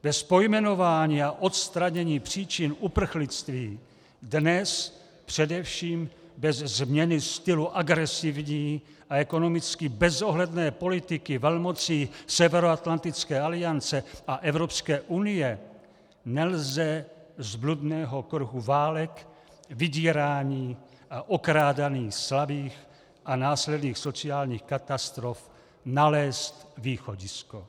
Bez pojmenování a odstranění příčin uprchlictví, dnes především bez změny stylu agresivní a ekonomicky bezohledné politiky velmocí Severoatlantické aliance a Evropské unie, nelze z bludného kruhu válek, vydírání a okrádání slabých a následných sociálních katastrof nalézt východisko.